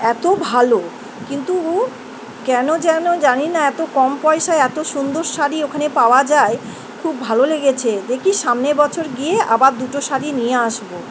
এত ভালো কিন্তু কেন যেন জানি না এত কম পয়সা এতো সুন্দর শাড়ি ওখানে পাওয়া যায় খুব ভালো লেগেছে দেখি সামনে বছর গিয়ে আবার দুটো শাড়ি নিয়ে আসবো